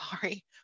sorry